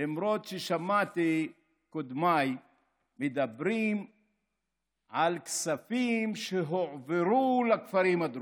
למרות ששמעתי את קודמיי מדברים על כספים שהועברו לכפרים הדרוזיים.